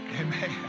Amen